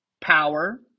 power